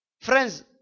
Friends